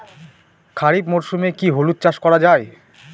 খরিফ মরশুমে কি হলুদ চাস করা য়ায়?